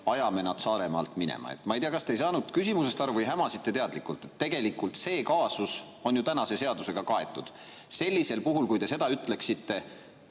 ajame nad Saaremaalt minema. Ma ei tea, kas te ei saanud küsimusest aru või hämasite teadlikult. Tegelikult on see kaasus praeguse seadusega ju kaetud. Sellisel puhul, kui te seda ütleksite,